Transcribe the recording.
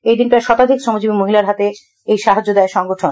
এদিন প্রায় শতাধিক শ্রমজীবি মহিলার হাতে এই সাহায্য পৌঁছে দেয় সংগঠন